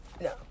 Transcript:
No